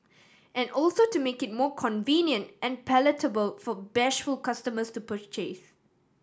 and also to make it more convenient and palatable for bashful customers to purchase